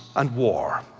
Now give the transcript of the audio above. and war.